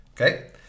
Okay